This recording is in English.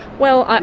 well, um